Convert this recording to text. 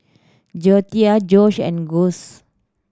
Joetta Jose and Gus